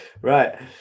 Right